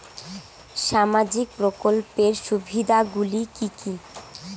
সামাজিক প্রকল্পের সুবিধাগুলি কি কি?